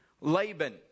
Laban